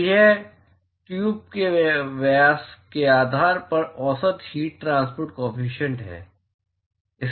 तो यह ट्यूब के व्यास के आधार पर औसत हीट ट्रांसपोर्ट काॅफिशियंटक है